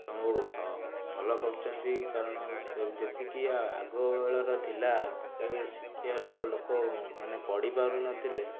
ସବୁ ସ ଭଲ କରୁଛନ୍ତି କାରଣ ସେ ଯେତିକି ଆ ଆଗବେଳର ଥିଲା ଯେତେବେଳେ ଶିକ୍ଷାର ଲୋକମାନେ ପଢ଼ି ପାରୁନଥିଲେ